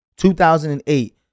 2008